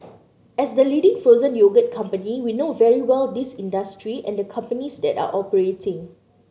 as the leading frozen yogurt company we know very well this industry and the companies that are operating